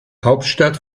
hauptstadt